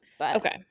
Okay